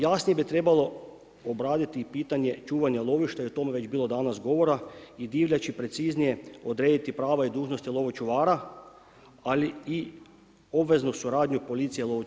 Jasnije bi trebalo obraditi i pitanje čuvanja lovišta i o tome je već bilo danas govora i divljači preciznije, odrediti prava i dužnosti lovočuvara, ali i obveznu suradnju policije lovočuvara.